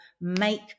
make